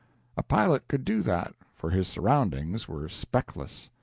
a pilot could do that, for his surroundings were speckless.